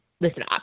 Listen